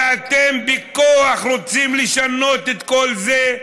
ואתם בכוח רוצים לשנות את כל זה.